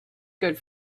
good